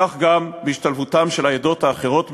וכך גם בהשתלבותן של העדות האחרות בישראל,